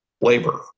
labor